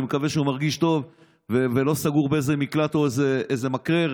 אני מקווה שהוא מרגיש טוב ולא סגור במקלט או באיזה מקרר,